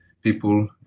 people